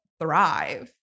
thrive